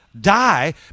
die